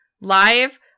live